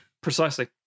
Precisely